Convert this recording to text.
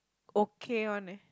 okay one eh